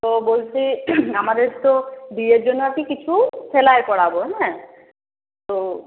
তো বলছি আমাদের তো বিয়ের জন্য আর কি কিছু সেলাই করাবো হ্যাঁ তো